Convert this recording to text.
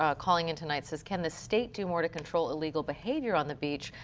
um calling in tonight, so can the state do more to control illegal behavior on the beach?